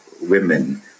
women